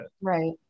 Right